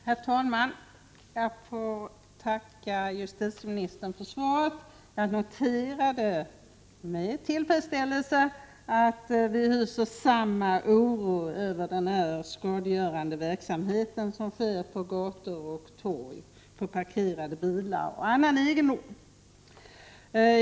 Herr talman! Jag får tacka justitieministern för svaret som ger mig tillfredsställelsen att se att vi hyser samma oro över denna skadegörande verksamhet som sker på gator och torg och som gäller parkerade bilar och annan egendom.